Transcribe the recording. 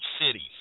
cities